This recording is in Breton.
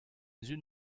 sizhun